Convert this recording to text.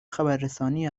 خبررسانی